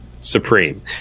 supreme